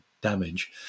damage